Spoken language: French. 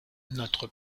notre